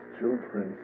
children